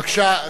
בבקשה,